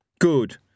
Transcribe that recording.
Good